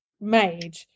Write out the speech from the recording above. made